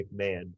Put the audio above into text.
McMahon